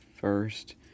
first